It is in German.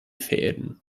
fäden